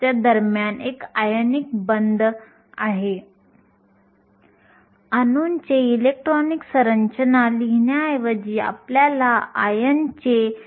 तर μe एका घटकावर τe आणि इलेक्ट्रॉनच्या प्रभावी वस्तुमानावर τh एका घटकावर τh आणि छिद्रांच्या प्रभावी वस्तुमानावर अवलंबून असते